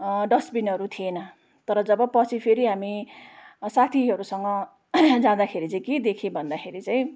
डस्टबिनहरू थिएन तर जब पछि फेरि हामी साथीहरूसँग जाँदाखेरि चाहिँ के देखेँ भन्दाखेरि चाहिँ